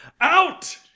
Out